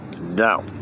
Now